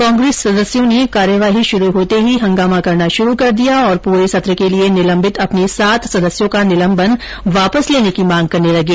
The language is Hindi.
कांग्रेस सदस्यों ने कार्यवाही शुरू होते ही हंगामा करना शुरू कर दिया और पूरे सत्र के लिए निलंबित अपने सात सदस्यों का निलंबन वापस लेने की मांग करने लगे